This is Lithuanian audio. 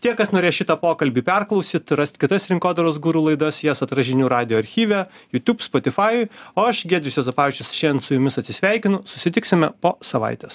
tie kas norės šitą pokalbį perklausyt rast kitas rinkodaros guru laidas jas atras žinių radijo archyve youtube spotifajuj o aš giedrius juozapavičius šian su jumis atsisveikinu susitiksime po savaitės